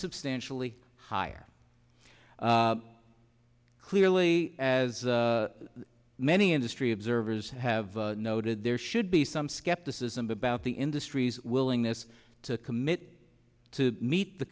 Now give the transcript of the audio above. substantially higher clearly as many industry observers have noted there should be some skepticism about the industry's willingness to commit to meet the